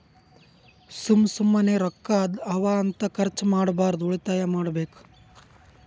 ಸುಮ್ಮ ಸುಮ್ಮನೆ ರೊಕ್ಕಾ ಅವಾ ಅಂತ ಖರ್ಚ ಮಾಡ್ಬಾರ್ದು ಉಳಿತಾಯ ಮಾಡ್ಬೇಕ್